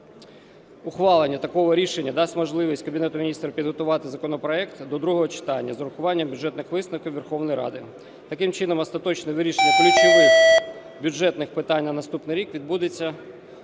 Ухвалення такого рішення дасть можливість Кабінету Міністрів підготувати законопроект до другого читання з врахуванням Бюджетних висновків Верховної Ради. Таким чином, остаточне вирішення ключових бюджетних питань на наступний рік відбудеться